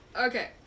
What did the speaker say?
Okay